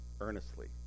earnestly